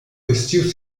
vestiu